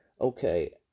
Okay